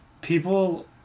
people